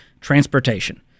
transportation